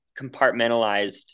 compartmentalized